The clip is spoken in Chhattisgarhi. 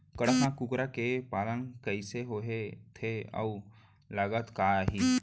कड़कनाथ कुकरा के पालन कइसे होथे अऊ लागत का आही?